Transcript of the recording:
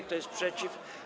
Kto jest przeciw?